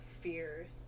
fear